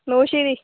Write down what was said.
णवशें दी